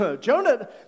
Jonah